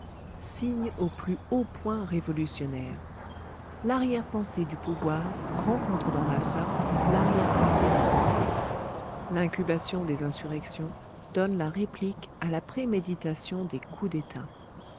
signe au plus haut point révolutionnaire l'arrière-pensée du pouvoir rencontre dans la sape l'arrière-pensée du peuple l'incubation des insurrections donne la réplique à la préméditation des coups d'état